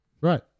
Right